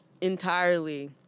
entirely